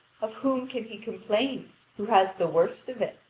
of whom can he complain who has the worst of it?